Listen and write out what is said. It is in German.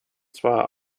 zwar